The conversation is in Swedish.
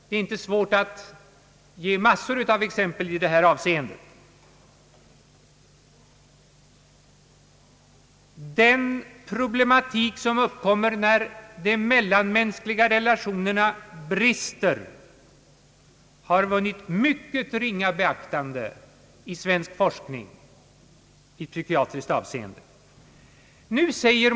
Det är inte svårt att ge massor av exempel från skilda livsområden i detta avseende. Den problematik som uppkommer när de mellanmänskliga relationerna brister har vunnit mycket ringa beaktande i svensk psykiatrisk forskning.